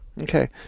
Okay